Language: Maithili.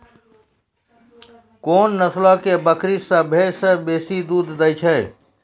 कोन नस्लो के बकरी सभ्भे से बेसी दूध दै छै?